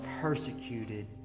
persecuted